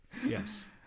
Yes